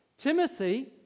Timothy